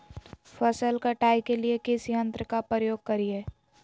फसल कटाई के लिए किस यंत्र का प्रयोग करिये?